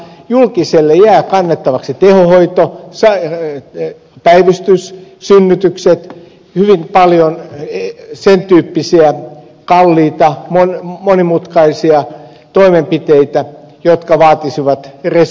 julkiselle jäävät kannettaviksi tehohoito päivystys synnytykset hyvin paljon sen tyyppisiä kalliita monimutkaisia toimenpiteitä jotka vaatisivat resursseja